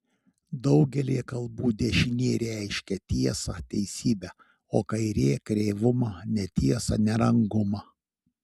daugelyje kalbų dešinė reiškia tiesą teisybę o kairė kreivumą netiesą nerangumą